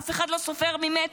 אף אחד לא סופר ממטר.